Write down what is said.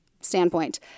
standpoint